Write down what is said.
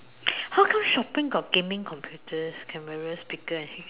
how come shopping got gaming computers cameras speaker and